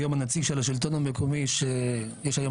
היום הנציג של השלטון המקומי שיש היום